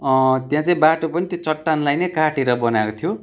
त्यहाँ चाहिँ बाटो पनि त्यो चट्टानलाई नै काटेर बनाएको थियो